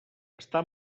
està